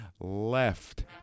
Left